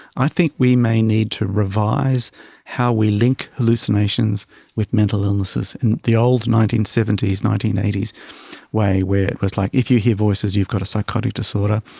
i think we may need to revise how we link hallucinations with mental illnesses. and the old nineteen seventy s, nineteen eighty s way where it was like if you hear voices you've got a psychotic disorder,